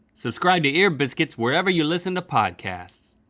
subscribe to ear biscuits wherever you listen to podcasts.